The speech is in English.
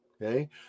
Okay